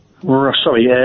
Sorry